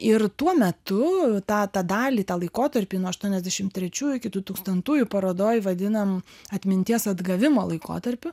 ir tuo metu tą tą dalį tą laikotarpį nuo aštuoniasdešimt trečiųjų iki dutūkstantųjų parodoj vadinam atminties atgavimo laikotarpiu